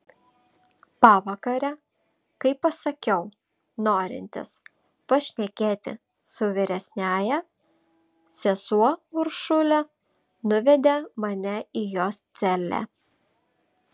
pavakare kai pasakiau norintis pašnekėti su vyresniąja sesuo uršulė nuvedė mane į jos celę